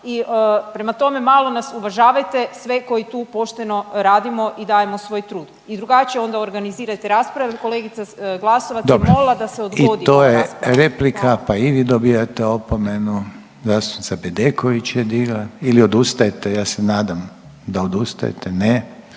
prema tome, malo nas uvažavajte sve koji tu pošteno radimo i dajemo svoj trud i drugačije onda organizirajte rasprave. Jer kolegica Glasovac je molila da se odgodi rasprava. **Reiner, Željko (HDZ)** Dobro. I to je replika, pa i vi dobijate opomenu. Zastupnica Bedeković je digla ili odustajete? Ja se nadam da odustajete. Ne?